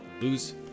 lose